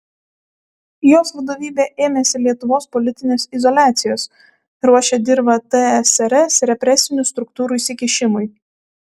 jos vadovybė ėmėsi lietuvos politinės izoliacijos ruošė dirvą tsrs represinių struktūrų įsikišimui